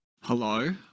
Hello